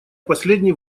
последний